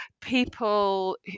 people